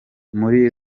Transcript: muri